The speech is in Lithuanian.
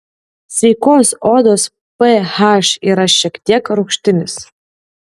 sveikos odos ph yra šiek tiek rūgštinis